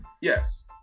Yes